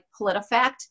Politifact